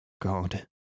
God